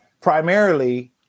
primarily